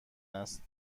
است